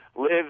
live